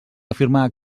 afirmar